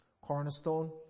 Cornerstone